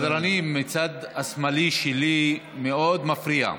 סדרנים, הצד השמאלי שלי מאוד מפריע.